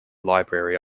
library